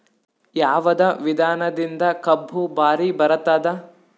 ಯಾವದ ವಿಧಾನದಿಂದ ಕಬ್ಬು ಭಾರಿ ಬರತ್ತಾದ?